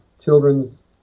children's